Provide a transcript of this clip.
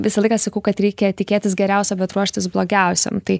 visą laiką sakau kad reikia tikėtis geriausio bet ruoštis blogiausiam tai